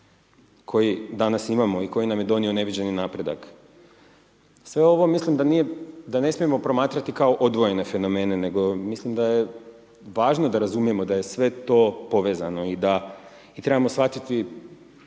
koji danas imamo i koji nam je donio neviđeni napredak. Sve ovo mislim da nije, da ne smijemo promatrati kao odvojene fenomene, nego mislim da je važno da razumijemo da je sve to povezano i da i trebamo shvatiti